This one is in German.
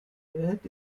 wert